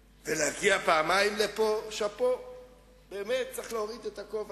טובים, שבאמת מתכוונים לטוב.